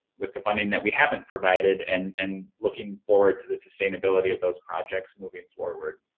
with the funding that we haven't provided. and and looking forward to the sustainability of those projects moving forward.